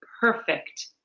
perfect